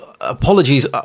Apologies